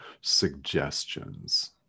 suggestions